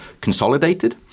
consolidated